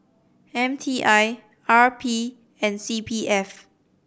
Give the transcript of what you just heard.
M T I R P and C P F